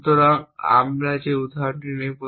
সুতরাং আমরা যে উদাহরণটি নেব